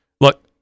Look